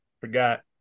forgot